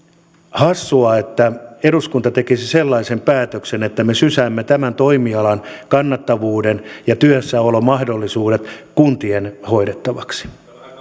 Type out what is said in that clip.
hassua että eduskunta tekisi sellaisen päätöksen että me sysäämme tämän toimialan kannattavuuden ja työssäolomahdollisuudet kuntien hoidettavaksi